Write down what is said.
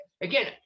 again